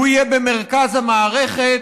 הוא יהיה במרכז המערכת,